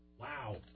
Wow